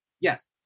Yes